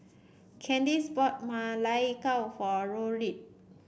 Candis bought Ma Lai Gao for Rodrick